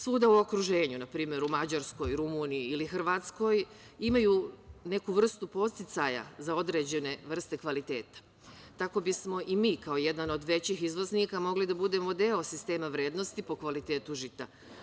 Svuda u okruženju, npr. u Mađarskoj, Rumuniji ili Hrvatskoj imaju neku vrstu podsticaja za određene vrste kvaliteta, tako bismo i mi kao jedan od većih izvoznika mogli da budemo deo sistema vrednosti po kvalitetu žita.